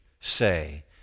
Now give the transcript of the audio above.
say